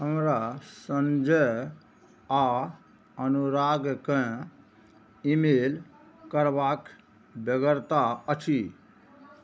हमरा संजय आओर अनुरागकेँ ईमेल करबाके बेगरता अछि